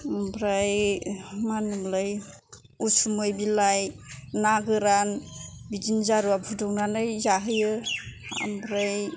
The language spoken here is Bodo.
ओमफ्राय मा होनोमोनलाय उसुमै बिलाइ ना गोरान बिदिनो जारुवा फुदुंनानै जाहोयो ओमफ्राय